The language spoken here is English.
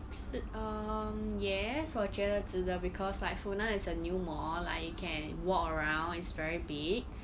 sh~ um yes 我觉得值得 because like funan is a new mall like you can walk around it's very big